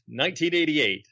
1988